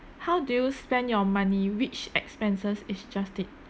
how do you spend your money which expenses is